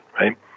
right